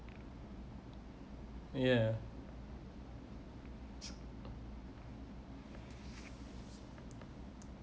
yeah